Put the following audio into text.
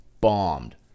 bombed